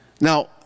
Now